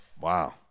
Wow